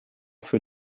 für